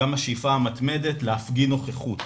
גם השאיפה המתמדת להפגין נוכחות.